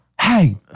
hey